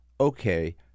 okay